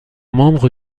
membre